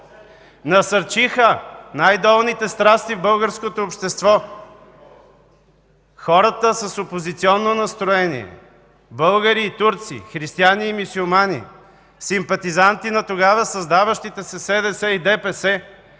насърчиха най-долните страсти в българското общество, хората с опозиционно настроение – българи и турци, християни и мюсюлмани, симпатизанти на тогава създаващите се СДС и ДПС,